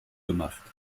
gemacht